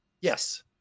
Yes